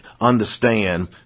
understand